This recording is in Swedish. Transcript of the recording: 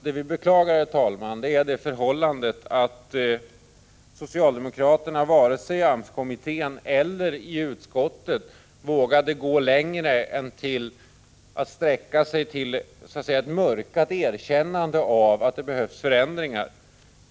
Det vi beklagar, herr talman, är det förhållandet att socialdemokraterna varken i AMS-kommittén eller i utskottet vågat sträcka sig längre än till ett starkt nedtonat erkännande av att det behövs förändringar.